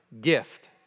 gift